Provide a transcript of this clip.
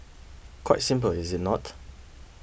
quite simple is it not